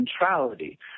centrality